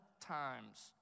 times